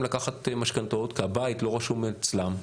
לקחת משכנתאות כי הבית לא רשום על שמם,